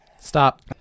Stop